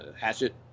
hatchet